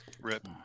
Rip